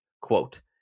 quote